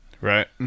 Right